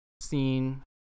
scene